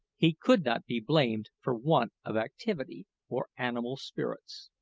he could not be blamed for want of activity or animal spirits.